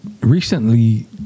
recently